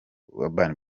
urban